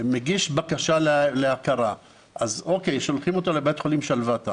מגיש בקשה להכרה שולחים אותו לבית חולים שלוותה